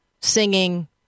singing